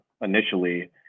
initially